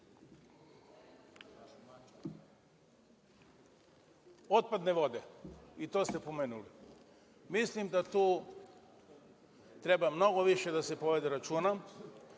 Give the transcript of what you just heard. nivo. Otpadne vode, i to ste pomenuli. Mislim da tu treba mnogo više da se povede računa,